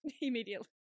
immediately